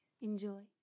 Enjoy